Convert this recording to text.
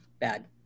bad